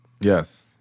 Yes